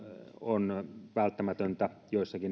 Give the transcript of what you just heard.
on välttämätöntä joissakin